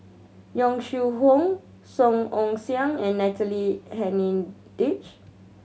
Yong Shu Hoong Song Ong Siang and Natalie Hennedige